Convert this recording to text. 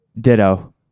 ditto